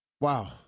Wow